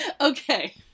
Okay